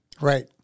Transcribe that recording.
Right